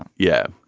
yeah,